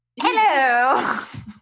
Hello